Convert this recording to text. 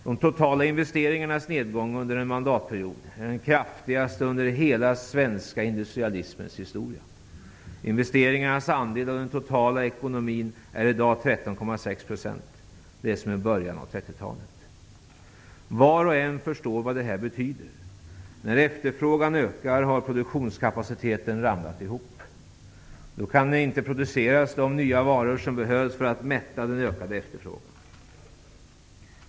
De totala investeringarnas nedgång under denna mandatperiod är den kraftigaste under hela den svenska industrialismens historia. Investeringarnas andel av den totala ekonomin är i dag 13,6 %. Det är som i början av 1930-talet. Var och en förstår vad detta betyder. När efterfrågan ökar har produktionskapaciteten ramlat ihop. Då kan man inte producera nya varor för att mätta den ökande efterfrågan.